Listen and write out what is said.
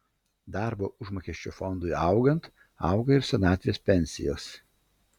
darbo užmokesčio fondui augant auga ir senatvės pensijos